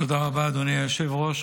תודה רבה, אדוני היושב-ראש.